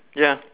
ya